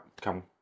come